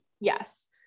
Yes